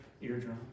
eardrum